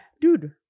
Dude